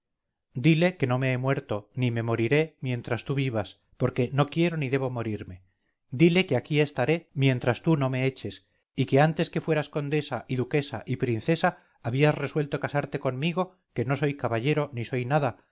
dile que no me he muerto ni me moriré mientras tú vivas porque no quiero ni debo morirme dile que aquí estaré mientras tú no me eches y que antes que fueras condesa y duquesa y princesa habías resuelto casarte conmigo que no soy caballero ni soy nada